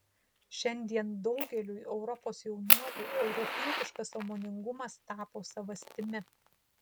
šiandien daugeliui europos jaunuolių europietiškas sąmoningumas tapo savastimi